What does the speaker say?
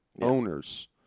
owners